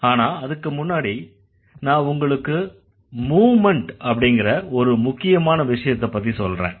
ஆனா அதுக்கு முன்னாடி நான் உங்களுக்கு மூவ்மண்ட் அப்படிங்கற ஒரு முக்கியமான விஷயத்தைப்பத்தி சொல்றேன்